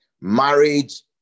Marriage